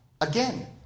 again